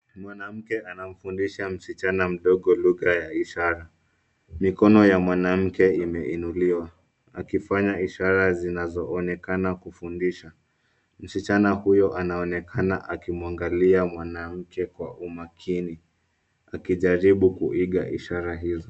Mwanamke anamfundisha msichana mdogo lugha ya ishara. Mikono ya mwanamke imeinuliwa akifanya ishara zinazoonekana kufundisha. Msichana huyo anaonekana akimwangalia mwanamke kwa umakini akijaribu kuiga ishara izo.